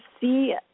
see